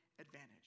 advantage